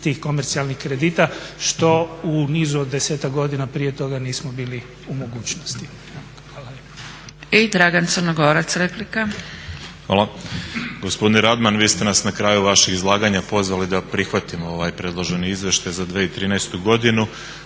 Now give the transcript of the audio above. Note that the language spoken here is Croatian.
tih komercijalnih kredita što u nizu od desetak godina prije toga nismo bili u mogućnosti. Hvala